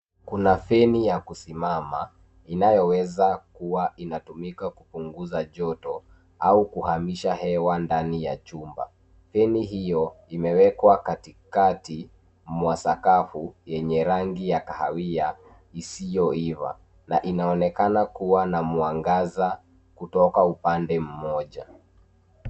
Kuna feni ya kusimama inayoweza kuwa inatumika kupunguza joto au kuhamisha hewa ndani ya chumba. Feni hiyo imewekwa katikati mwa sakafu yenye rangi ya kahawia isiyoiva, na inaonekana kuwa na mwangaza kutoka upande mmoja.